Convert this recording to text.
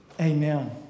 Amen